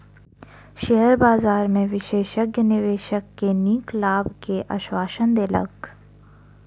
share बजार में विशेषज्ञ निवेशक के नीक लाभ के आश्वासन देलक